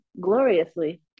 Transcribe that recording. gloriously